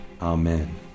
Amen